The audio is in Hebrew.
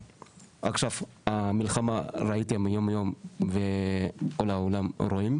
עכשיו המלחמה ראיתם יום-יום וכל העולם רואה,